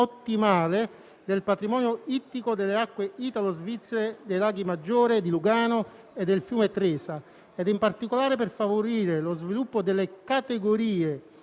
ottimale del patrimonio ittico delle acque italo-svizzero dei laghi Maggiore, di Lugano e del fiume Tresa e, in particolare, per favorire lo sviluppo delle categorie